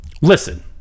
listen